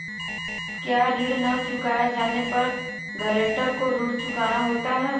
क्या ऋण न चुकाए जाने पर गरेंटर को ऋण चुकाना होता है?